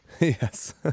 Yes